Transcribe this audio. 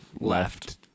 left